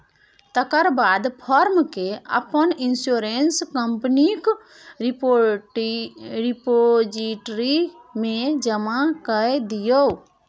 तकर बाद फार्म केँ अपन इंश्योरेंस कंपनीक रिपोजिटरी मे जमा कए दियौ